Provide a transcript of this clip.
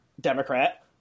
Democrat